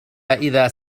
إذا